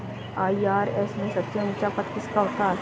IRS में सबसे ऊंचा पद किसका होता है?